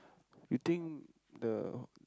you think the